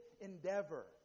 Endeavor